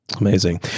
Amazing